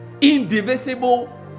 indivisible